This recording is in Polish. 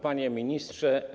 Panie Ministrze!